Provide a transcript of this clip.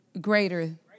greater